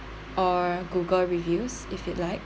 or Google reviews if you'd like